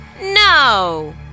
No